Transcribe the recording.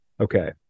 Okay